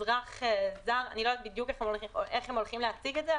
אזרח זר אני לא יודעת איך הם יציגו את זה,